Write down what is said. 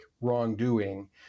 wrongdoing